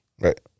Right